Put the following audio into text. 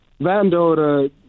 Vando